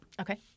Okay